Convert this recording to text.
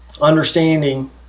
understanding